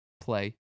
play